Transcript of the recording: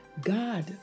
God